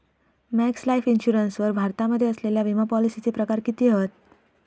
Max Life Insurance वर भारतामध्ये असलेल्या विमापॉलिसीचे प्रकार किती हत?